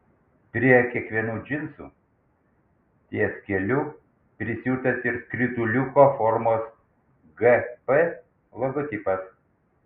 prie kiekvienų džinsų ties keliu prisiūtas ir skrituliuko formos gp logotipas